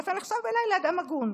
אתה נחשב בעיניי לאדם הגון,